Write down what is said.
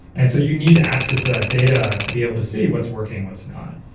and so you need access to that data to be able to see what's working what's not.